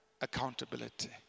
accountability